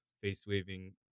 face-waving